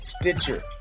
Stitcher